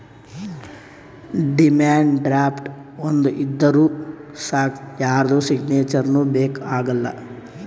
demand draft ಒಂದ್ ಇದ್ದೂರ್ ಸಾಕ್ ಯಾರ್ದು ಸಿಗ್ನೇಚರ್ನೂ ಬೇಕ್ ಆಗಲ್ಲ